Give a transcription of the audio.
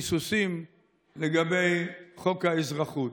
היסוסים לגבי חוק האזרחות.